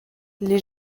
les